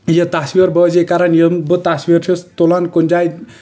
یہِ تصویٖر بٲزی کران یِم بہٕ تصویٖر چھُس تُلان کُنہِ جایہِ